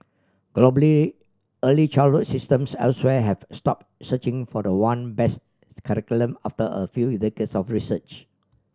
globally early childhood systems elsewhere have stop searching for the one best curriculum after a few in decades of research